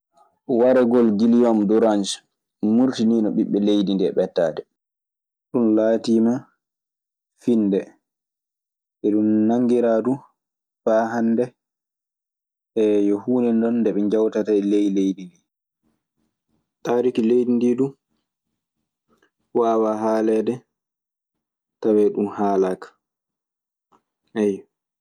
Wargol gilihum gorange murtiniino ɓiɓbe leydi ɓe ɓettade. Ɗun laatiima finnde. Iɗun nanngiraa du faa hannde ee, yo huunde non nde ɓe njawtata e ley leydi ndii. Taariki leydi ndii du wawaa haaleede tawee ɗun haalaaka. Ayyo.